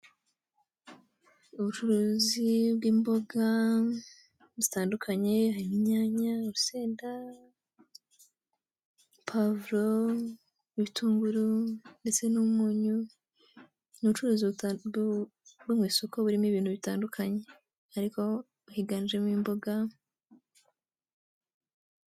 Ubucuruzi bw'imboga zitandukanye harimo imyanya, ursede, pavuro, bitunguru ndetse n'umunyu. Ni ucuruza bwo isoko burimo ibintu bitandukanye ariko higanjemo imboga.